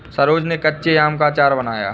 सरोज ने कच्चे आम का अचार बनाया